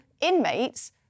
inmates